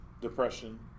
depression